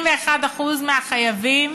91% מהחייבים